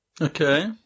Okay